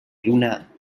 luna